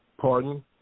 Pardon